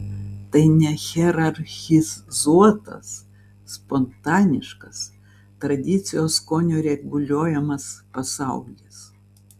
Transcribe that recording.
tai nehierarchizuotas spontaniškas tradicijos skonio reguliuojamas pasaulis